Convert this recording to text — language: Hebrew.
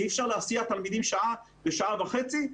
אי אפשר להסיע תלמידים שעה ושעה וחצי.